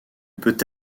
peut